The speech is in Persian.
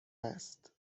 است